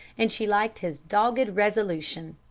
and she liked his dogged resolution.